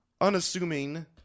unassuming